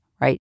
right